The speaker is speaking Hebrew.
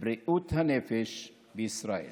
בריאות הנפש בישראל.